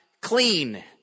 clean